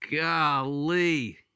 Golly